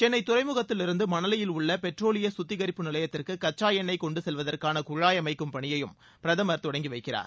சென்னை துறைமுகத்திலிருந்து மணலியில் உள்ள பெட்ரோலிய கத்திகரிப்பு நிலையத்திற்கு கச்சா எண்ணெய் கொண்டு செல்வதற்கான குழாய் அமைக்கும் பணியையும் பிரதமர் தொடங்கி வைக்கிறார்